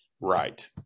Right